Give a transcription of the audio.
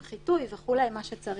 עם חיטוי וכו', מה שצריך.